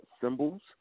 symbols